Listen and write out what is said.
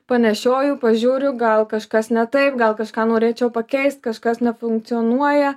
panešioju pažiūriu gal kažkas ne taip gal kažką norėčiau pakeist kažkas nefunkcionuoja